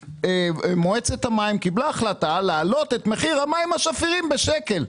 מועצת המים קיבלה החלטה להעלות את מחיר המים השפירים בשקל.